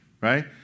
right